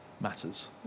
matters